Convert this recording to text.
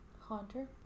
Haunter